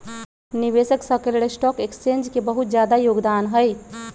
निवेशक स के लेल स्टॉक एक्सचेन्ज के बहुत जादा योगदान हई